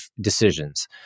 decisions